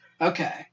Okay